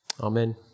Amen